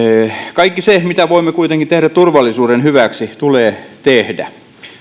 kaikki se mitä voimme kuitenkin tehdä turvallisuuden hyväksi tulee tehdä